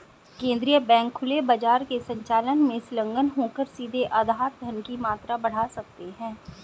केंद्रीय बैंक खुले बाजार के संचालन में संलग्न होकर सीधे आधार धन की मात्रा बढ़ा सकते हैं